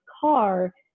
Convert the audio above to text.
car